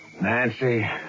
Nancy